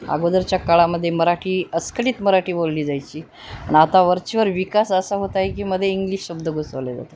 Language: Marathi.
अगोदरच्या काळामध्ये मराठी अस्खलीत मराठी बोलली जायची पण आता वरचेवर विकास असा होता आहे की मध्ये इंग्लिश शब्द बसवले जातात